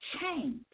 change